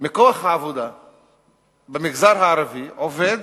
מכוח העבודה במגזר הערבי עובד